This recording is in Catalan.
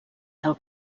del